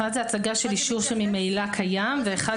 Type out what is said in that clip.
אחד הוא הצגה של אישור שממילא קיים ואחד